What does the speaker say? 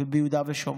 וביהודה ושומרון.